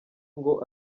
ngo